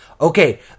Okay